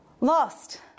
Lost